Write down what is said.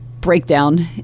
breakdown